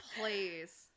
please